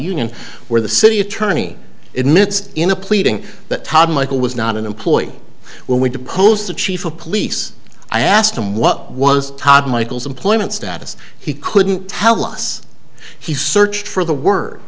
union where the city attorney in its in a pleading that todd michael was not an employee when we deposed the chief of police i asked him what was todd michael's employment status he couldn't tell us he searched for the word